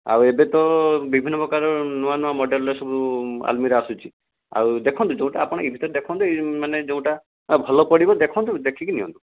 ଆଉ ଏବେ ତ ବିଭିନ୍ନ ପ୍ରକାରର ନୂଆ ନୂଆ ମଡେଲର ସବୁ ଆଲମିରା ଆସୁଛି ଆଉ ଦେଖନ୍ତୁ ଯେଉଁଟା ଆପଣ ଏଭିତରେ ଦେଖନ୍ତୁ ମାନେ ଯେଉଁଟା ଭଲ ପଡ଼ିବ ଦେଖନ୍ତୁ ଦେଖିକି ନିଅନ୍ତୁ